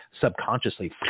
subconsciously